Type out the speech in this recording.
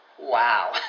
Wow